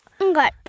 Okay